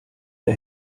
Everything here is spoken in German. der